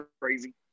crazy